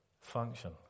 Function